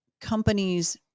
companies